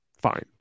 fine